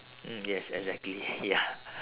mm yes exactly ya